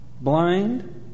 Blind